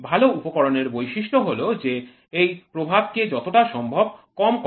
ভালো উপকরণের বৈশিষ্ট্য হল যে এই প্রভাবকে যতটা সম্ভব কম করা